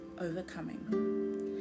overcoming